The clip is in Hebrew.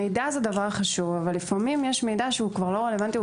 מידע הוא דבר חשוב אבל לפעמים יש מידע שהוא כבר לא רלוונטי,